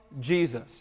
Jesus